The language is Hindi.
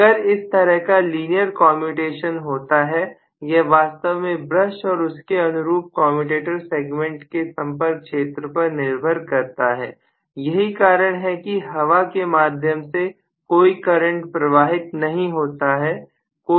अगर इस तरह का लीनियर कोम्यूटेशन होता है यह वास्तव में ब्रश और उसके अनुरूप कमयुटेटर सेगमेंट के संपर्क क्षेत्र पर निर्भर करता है यही कारण है कि हवा के माध्यम से कोई करंट प्रवाहित नहीं होता है